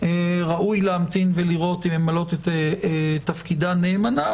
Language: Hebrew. ראוי להמתין ולראות אם הן ממלאות את תפקידן נאמנה,